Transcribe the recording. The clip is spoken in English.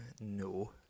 no